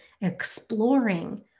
exploring